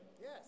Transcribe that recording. Yes